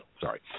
sorry